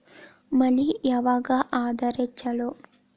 ಮಳಿ ಯಾವಾಗ ಆದರೆ ಛಲೋ?